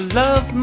love